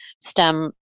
STEM